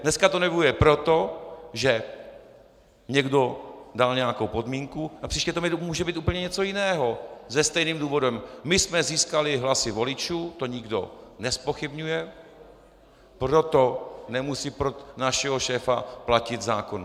Dneska to nevyhovuje proto, že někdo dal nějakou podmínku, a příště to může být úplně něco jiného se stejným důvodem: My jsme získali hlasy voličů, to nikdo nezpochybňuje, proto nemusí pro našeho šéfa platit zákon.